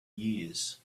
years